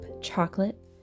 chocolate